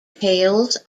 tales